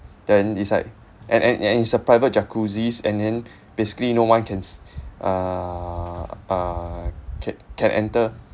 then it's like and and and it's a private jacuzzis and then basically no one cans uh uh can can enter